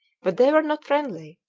but they were not friendly,